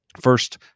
first